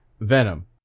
Venom